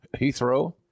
Heathrow